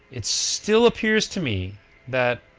it still appears to me that,